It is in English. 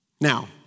Now